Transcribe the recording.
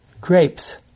grapes